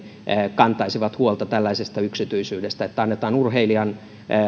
kantaisi huolta tällaisesta yksityisyydestä että annetaan urheilijan